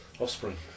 offspring